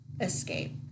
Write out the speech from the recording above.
escape